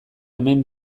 hemen